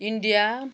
India